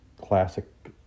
classic